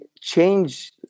change